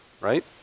right